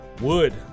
Wood